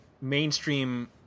mainstream